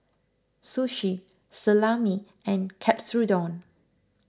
Sushi Salami and Katsudon